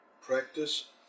practice